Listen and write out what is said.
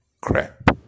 crap